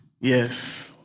Yes